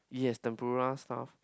yes tempura stuff